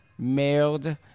mailed